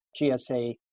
GSA